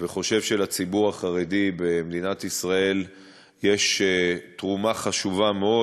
וחושב שלציבור החרדי במדינת ישראל יש תרומה חשובה מאוד.